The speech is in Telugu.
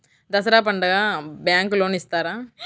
దసరా పండుగ బ్యాంకు లోన్ ఇస్తారా?